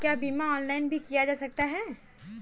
क्या बीमा ऑनलाइन भी किया जा सकता है?